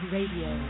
Radio